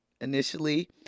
initially